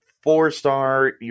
four-star